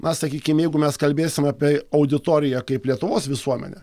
na sakykim jeigu mes kalbėsim apie auditoriją kaip lietuvos visuomenę